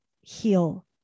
heal